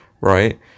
right